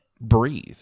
breathe